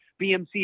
BMC